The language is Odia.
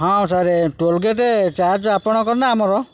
ହଁ ସାର୍ ଟୋଲ୍ଗେଟ୍ ଚାର୍ଜ ଆପଣଙ୍କର ନା ଆମର